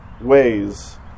ways